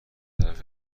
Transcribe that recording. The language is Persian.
طرف